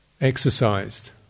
exercised